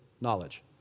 knowledge